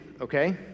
okay